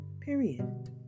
period